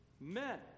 men